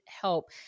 help